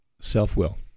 Self-will